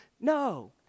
no